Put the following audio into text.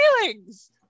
feelings